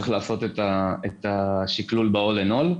צריך לעשות את השקלול ב-All in all.